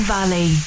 Valley